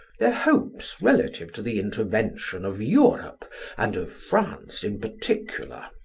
their hopes relative to the intervention of europe and of france in particular.